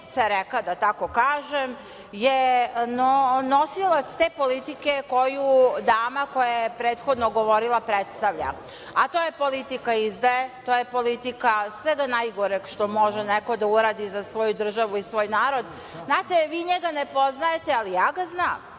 da tako kažem, je nosilac te politike koju dama koja je prethodno govorila predstavlja, a to je politika izdaje, to je politika svega najgoreg što može neko da uradi za svoju državu i svoj narod. Znate, vi njega ne poznajete, ali ja ga znam.